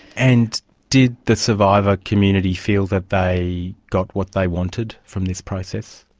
and did the survivor community feel that they got what they wanted from this process?